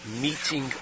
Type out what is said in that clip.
meeting